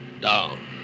Down